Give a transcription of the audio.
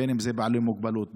בין שזה בעלי מוגבלות,